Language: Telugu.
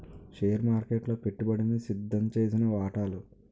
షేర్ మార్కెట్లలో పెట్టుబడికి సిద్దంచేసిన వాటాలు